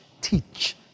teach